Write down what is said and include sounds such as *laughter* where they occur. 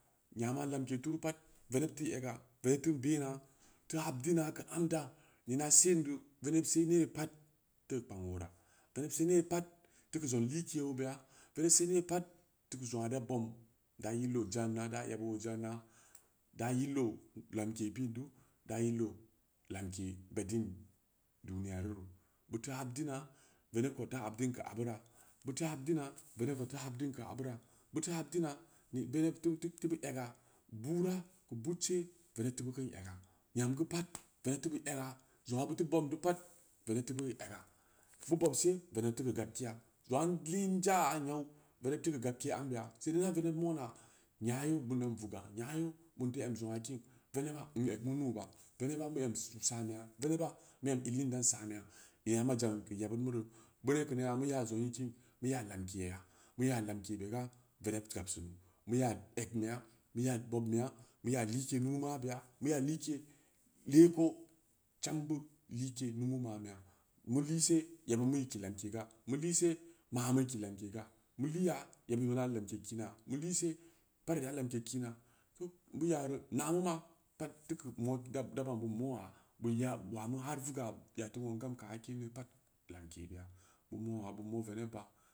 Yama lamke turu pat veneb teu ega veneb teun bena teu habdina keu amda ina sendu veneb se nera pat ke kpang ora veneb se nera pat te kpang ora veneb se nere pat teu keu zong like obeya veneb se nere pat teu keu zong aa da bom da yil ojana da yeb o jana da yil o lamke piindu da yil o lannke beden duniyaruu beu teu habdina veneb kou teu habdina keu abura-beu teu habdina veneb teu-teu-beu ega buraa ega tam geu pat veneb teu ben ega zong aa beu teu bom deu pat veneb teu ega beu bobse veneb teu keu gabkeya zong aa lii in jaya yau veneb teu keu gabke ambeya saidai inda inda veneb mona nya yau bundan vuga nyayeu bun teu em zong aa kin venebba in egmu nuuba venebba mu em *hesitation* sameya venebba mu em inlin dan sameya ina ma jan keu yebubmuru beu nou keu nena muya zong ye kin mu ya lamkeya mu ya lamke be ga veneb gab sunu mu ya egnmeya muya bobmbeya mu ya like numu mabeya muya like leko cham beu like numu manbeya mu lise yebudmu ikii lamkega mu lise ma mu kii lamkega mu liya yebudmu da lamke kiina mu lise pari da lamke kina keg mu yareu naa mu ma pat teu keu mo dab-daban beun moya beun ya wa meu ma har vuga ya teu wong gam keu akundeu pat lamkebeya mu moya beu mo venebba